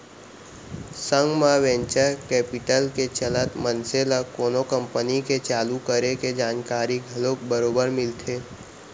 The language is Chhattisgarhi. संग म वेंचर कैपिटल के चलत मनसे ल कोनो कंपनी के चालू करे के जानकारी घलोक बरोबर मिलथे